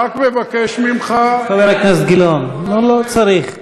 אני רק מבקש ממך, חבר הכנסת גילאון, לא צריך.